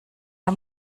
der